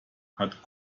hat